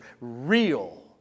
real